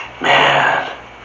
man